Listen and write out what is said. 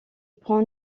prend